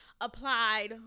applied